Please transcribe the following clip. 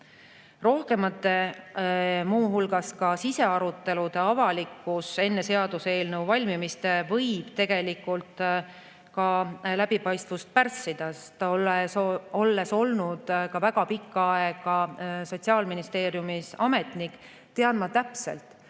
Rohkemate, muu hulgas ka sisearutelude avalikkus enne seaduseelnõu valmimist võib tegelikult läbipaistvust ka pärssida. Olles olnud väga pikka aega Sotsiaalministeeriumis ametnik, tean ma täpselt,